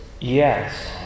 Yes